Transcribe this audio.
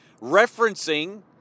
referencing